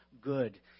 Good